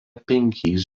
penkis